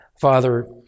father